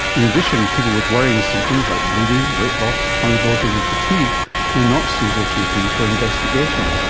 in addition, people with worrying symptoms like bleeding, weight loss, tummy bloating and fatigue may not see their gp for investigation.